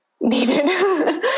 needed